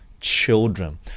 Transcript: children